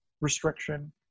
restriction